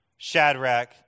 Shadrach